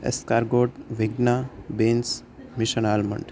escargot વિજ્ઞા beans mission almond